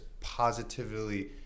positively